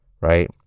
Right